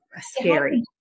scary